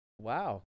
Wow